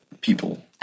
people